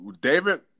David